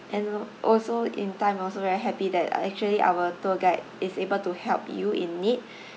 and al~ also in time also very happy that actually our tour guide is able to help you in need